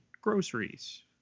groceries